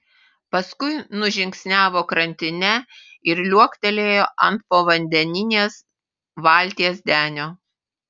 paskui nužingsniavo krantine ir liuoktelėjo ant povandeninės valties denio